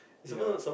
ya